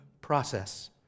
process